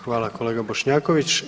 Hvala kolega Bošnjaković.